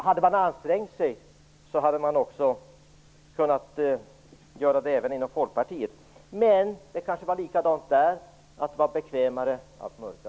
Hade man ansträngt sig, hade man också kunnat göra det inom Folkpartiet. Men det kanske var likadant där. Det var bekvämare att mörka.